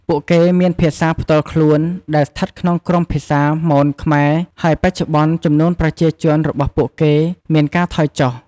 ពួកគេមានភាសាផ្ទាល់ខ្លួនដែលស្ថិតក្នុងក្រុមភាសាមន-ខ្មែរ ហើយបច្ចុប្បន្នចំនួនប្រជាជនរបស់ពួកគេមានការថយចុះ។